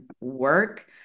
work